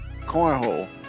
Cornhole